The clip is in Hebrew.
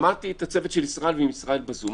שמעתי את הצוות של ישראל ואת ישראל בזום,